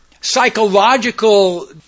psychological